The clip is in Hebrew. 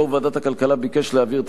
יושב-ראש ועדת הכלכלה ביקש להעביר את